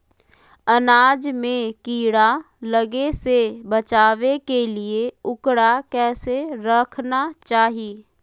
अनाज में कीड़ा लगे से बचावे के लिए, उकरा कैसे रखना चाही?